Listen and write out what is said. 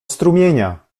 strumienia